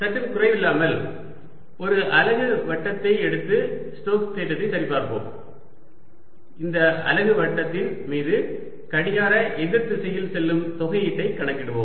சற்றும் குறைவில்லாமல் ஒரு அலகு வட்டத்தை எடுத்து ஸ்டோக்ஸ் தேற்றத்தை சரி பார்ப்போம் இந்த அலகு வட்டத்தின் மீது கடிகார எதிர் திசையில் செல்லும் தொகையீட்டை கணக்கிடுவோம்